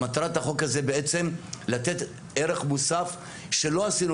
מטרת החוק הזה בעצם לתת ערך מוסף שלא עשינו